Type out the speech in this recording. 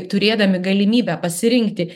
turėdami galimybę pasirinkti